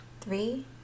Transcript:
three